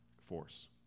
force